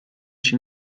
się